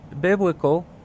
biblical